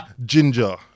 ginger